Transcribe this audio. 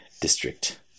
district